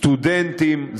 סטודנטים,